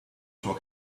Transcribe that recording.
sua